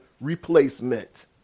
replacement